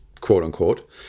quote-unquote